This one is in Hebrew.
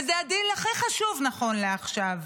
וזה הדיל הכי חשוב, נכון לעכשיו: